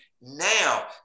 now